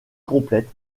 complète